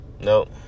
Nope